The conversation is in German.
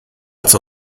als